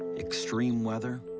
extreme weather,